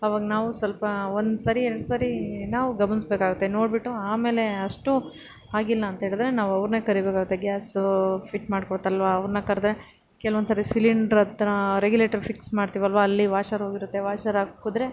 ಆವಾಗ ನಾವು ಸ್ವಲ್ಪ ಒಂದ್ಸರಿ ಎರಡ್ಸರಿ ನಾವು ಗಮನಿಸ್ಬೇಕಾಗುತ್ತೆ ನೋಡಿಬಿಟ್ಟು ಆಮೇಲೆ ಅಷ್ಟು ಆಗಿಲ್ಲಂಥೇಳಿದ್ರೆ ನಾವು ಅವ್ರನ್ನೇ ಕರಿಬೇಕಾಗುತ್ತೆ ಗ್ಯಾಸು ಫಿಟ್ ಮಾಡ್ಕೊಡ್ತಾರಲ್ವ ಅವ್ರನ್ನ ಕರೆದ್ರೆ ಕೆಲವೊಂದ್ಸರಿ ಸಿಲಿಂಡ್ರ ಹತ್ರ ರೆಗ್ಯುಲೇಟರ್ ಫಿಕ್ಸ್ ಮಾಡ್ತೀವಲ್ವ ಅಲ್ಲಿ ವಾಷರ್ ಹೋಗಿರುತ್ತೆ ವಾಷರ್ ಹಾಕಿದ್ರೆ